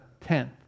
tenth